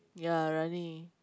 ya running